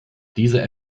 diese